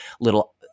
little